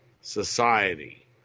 society